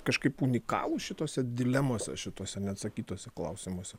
kažkaip unikalūs šitose dilemose šituose neatsakytuose klausimuose